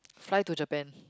fly to Japan